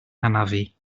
hanafu